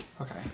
Okay